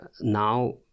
now